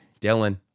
Dylan